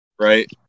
right